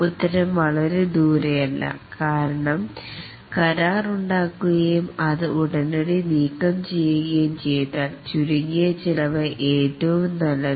ഉത്തരം വളരെ ദൂരെയല്ല കാരണം വൈകല്യങ്ങൾ ഉണ്ടാക്കുകയും അത് ഉടനടി നീക്കം ചെയ്യുകയും ചെയ്താൽ ഏറ്റവും നല്ലത് കാരണം ചുരുങ്ങിയ ചെലവ് ഉണ്ടാകുകയുള്ളൂ